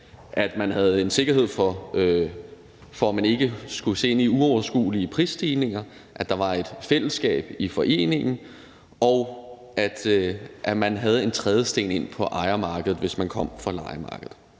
at man havde en sikkerhed for, at man ikke skulle se ind i uoverskuelige prisstigninger, at der var et fællesskab i foreningen, og at man havde en trædesten ind på ejermarkedet, hvis man kom fra lejemarkedet.